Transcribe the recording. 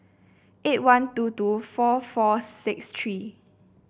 eight one two two four four six three